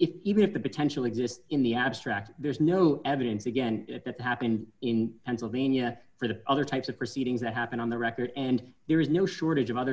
if even if the potential exists in the abstract there's no evidence again if that happened in pennsylvania for the other types of proceedings that happen on the record and there is no shortage of other